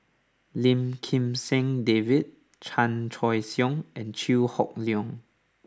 Lim Kim San David Chan Choy Siong and Chew Hock Leong